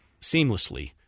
seamlessly